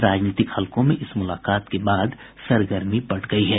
राजनीतिक हलकों में इस मुलाकात के बाद सरगर्मी बढ़ गयी है